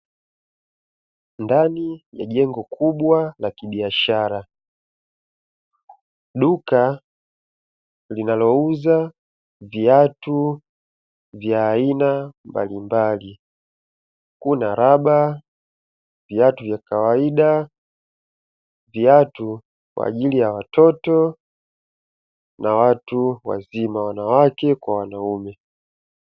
Ndani ya jengo kubwa la kibiashara, duka linalouza viatu vya aina mbalimbali kuna raba, viatu vya kawaida, viatu kwa ajili ya watoto, na watu wazima wanawake kwa wanaume.